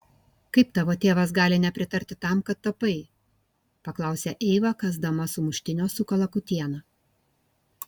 kaip tavo tėvas gali nepritarti tam kad tapai paklausė eiva kąsdama sumuštinio su kalakutiena